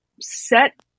set